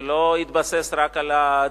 ולא התבסס רק על הדיווחים,